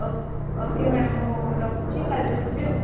okay okay ma'am ମୁଁ ରଖୁଛି କାଲିଠାରୁ ଯିବି ଆଉ